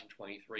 2023